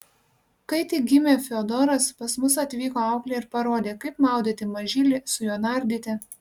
kai tik gimė fiodoras pas mus atvyko auklė ir parodė kaip maudyti mažylį su juo nardyti